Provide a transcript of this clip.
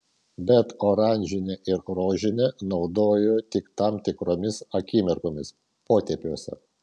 bet oranžinę ir rožinę naudoju tik tam tikromis akimirkomis potėpiuose